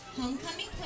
Homecoming